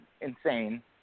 insane